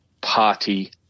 party